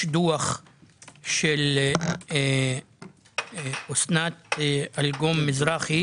יש דוח של אסנת אלגום מזרחי